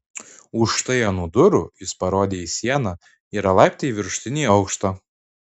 už štai anų durų jis parodė į sieną yra laiptai į viršutinį aukštą